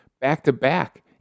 back-to-back